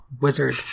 wizard